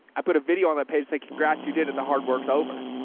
i put a video on that page. say, congrats, you did it. the hard work's over.